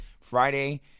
Friday